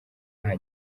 nta